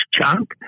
chunk